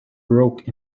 broke